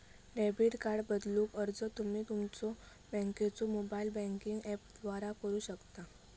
debit card बदलूक अर्ज तुम्ही तुमच्यो बँकेच्यो मोबाइल बँकिंग ऍपद्वारा करू शकता